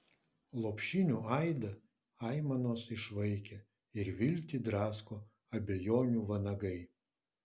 lopšinių aidą aimanos išvaikė ir viltį drasko abejonių vanagai